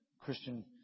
Christian